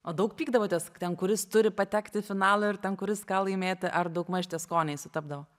o daug pykdavotės ten kuris turi patekt į finalą ir ten kur ką laimėti ar daugmaž tie skoniai sutapdavo